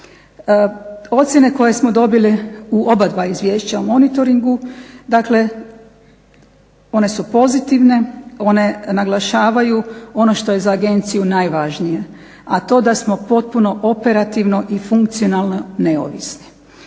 Ocjene koje smo dobili u oba dva izvješća o monitoringu, dakle one su pozitivne, one naglašavaju ono što je za agenciju najvažnije, a to je da smo potpuno operativno i funkcionalno neovisni.